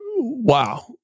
Wow